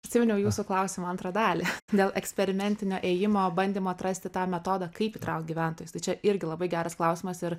prisiminiau jūsų klausimo antrą dalį dėl eksperimentinio ėjimo bandymo atrasti tą metodą kaip įtraukt gyventojus tai čia irgi labai geras klausimas ir